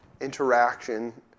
interaction